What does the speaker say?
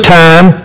time